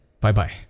Bye-bye